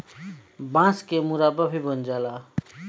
बांस के मुरब्बा भी बन जाला